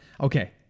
Okay